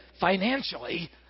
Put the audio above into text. financially